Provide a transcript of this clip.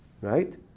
Right